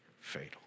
fatal